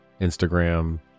Instagram